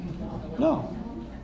No